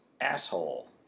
asshole